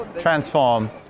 transform